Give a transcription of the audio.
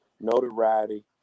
notoriety